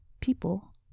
people